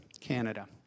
Canada